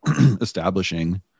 establishing